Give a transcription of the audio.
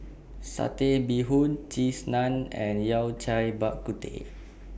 Satay Bee Hoon Cheese Naan and Yao Cai Bak Kut Teh